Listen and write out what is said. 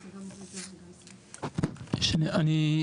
אני,